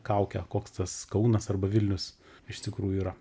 kaukę koks tas kaunas arba vilnius iš tikrųjų yra